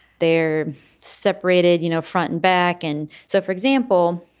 they're separated, you know, front and back. and so, for example,